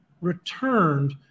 returned